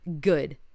good